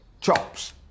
chops